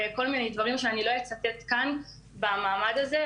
וכל מיני דברים שאני לא אצטט כאן במעמד הזה,